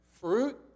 fruit